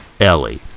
Ellie